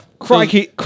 Crikey